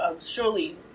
surely